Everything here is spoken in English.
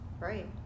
Right